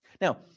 Now